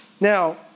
Now